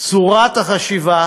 צורת החשיבה